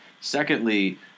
Secondly